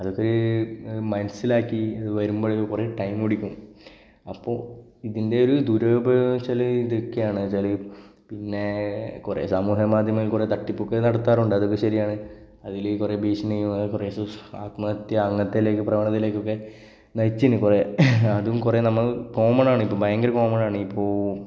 അതിപ്പോൾ മനസ്സിലാക്കി അത് വരുമ്പോൾ കുറേ ടൈം പിടിക്കും അപ്പോൾ ഇതിന്റെ ഒരു ദുരുപയോഗം എന്നു വെച്ചാൽ ഇതൊക്കെയാണ് എന്നു വെച്ചാൽ പിന്നെ കുറേ സമൂഹമാധ്യമങ്ങളില് കുറേ തട്ടിപ്പൊക്കെ നടത്താറുണ്ട് അതൊക്കെ ശരിയാണ് അതിൽ കുറേ ഭീഷണികള് കുറേശ്ശേ ആത്മഹത്യ അങ്ങനത്തെയെല്ലാം പ്രവണതയിലേക്കൊക്കെ നയിച്ചിനി കുറേ അതും കുറേ നമ്മള് കോമൺ ആണിപ്പോൾ ഭയങ്കര കോമൺ ആണിപ്പോൾ